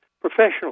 professional